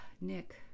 Nick